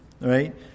right